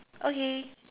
okay